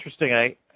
interesting